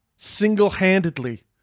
single-handedly